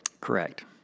Correct